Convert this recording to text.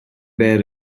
bear